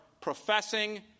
professing